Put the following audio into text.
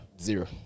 Zero